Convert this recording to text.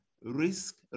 risk